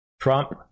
Trump